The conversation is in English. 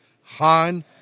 Han